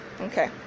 okay